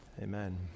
Amen